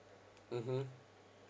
mmhmm